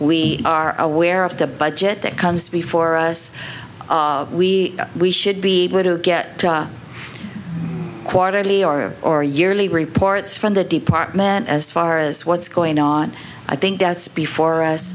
we are aware of the budget that comes before us we we should be able to get quarterly or or yearly reports from the department as far as what's going on i think that's before us